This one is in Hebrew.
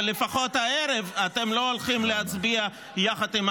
אבל לפחות הערב אתם לא הולכים להצביע יחד עם